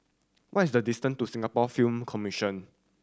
what is the distance to Singapore Film Commission